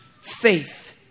faith